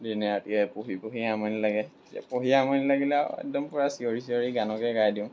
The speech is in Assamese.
দিনে ৰাতিয়ে পঢ়ি পঢ়ি আমনি লাগে পঢ়ি আমনি লাগিলে আৰু একদম পূৰা চিঞৰি চিঞৰি গানকে গাই দিওঁ